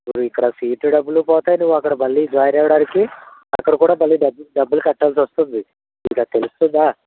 ఇప్పుడు ఇక్కడ సీటు డబ్బులు పోతాయి నువ్వు మళ్ళి జాయిన్ అవ్వడానికి అక్కడ కూడా మళ్ళి డబ్బులు డబ్బులు కట్టాల్సొస్తుంది నీకది తెలుస్తుందా